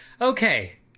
okay